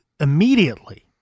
immediately